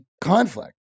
conflict